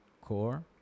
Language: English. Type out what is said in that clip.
core